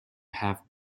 have